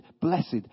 blessed